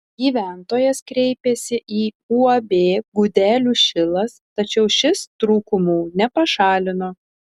gyventojas kreipėsi į uab gudelių šilas tačiau šis trūkumų nepašalino